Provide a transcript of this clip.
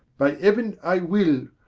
by heauen i will,